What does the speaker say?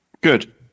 Good